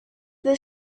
the